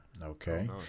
Okay